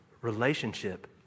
relationship